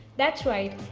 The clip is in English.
that's right.